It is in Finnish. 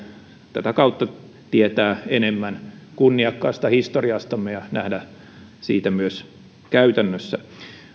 tätä kautta tietää enemmän kunniakkaasta historiastamme ja nähdä sitä myös käytännössä